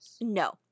No